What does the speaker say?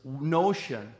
notion